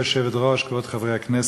כבוד היושבת-ראש, כבוד חברי הכנסת,